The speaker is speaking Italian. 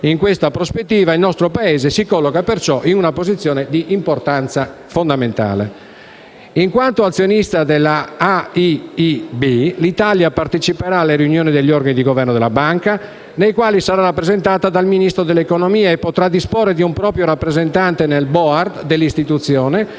In questa prospettiva il nostro Paese si colloca perciò in una posizione di importanza fondamentale. In quanto azionista dell'AIIB, l'Italia parteciperà alle riunioni degli organi di governo della Banca, nei quali sarà rappresentata dal Ministro dell'economia, e potrà disporre di un proprio rappresentante nel *board* dell'Istituzione,